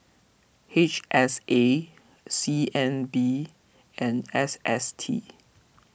H S A C N B and S S T